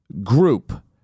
group